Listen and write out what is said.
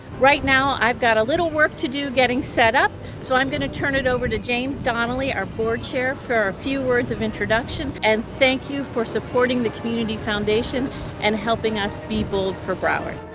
right now i've got a little work to do getting set up so i'm going to turn it over to james donnelly our board chair for a few words of introduction and thank you for supporting the community foundation and helping us be bold for broward.